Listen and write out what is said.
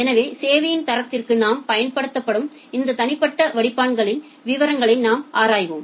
எனவே சேவையின் தரத்திற்கு நாம் பயன்படுத்தும் இந்த தனிப்பட்ட வடிப்பான்களின் விவரங்களை நாம் ஆராய்வோம்